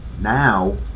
now